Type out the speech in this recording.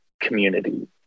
community